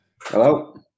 Hello